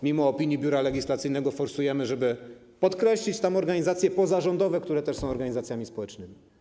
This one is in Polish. Mimo opinii Biura Legislacyjnego celowo forsujemy to, żeby podkreślić te organizacje pozarządowe, które też są organizacjami społecznymi.